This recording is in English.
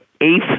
eighth